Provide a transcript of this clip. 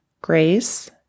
grace